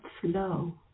flow